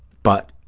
but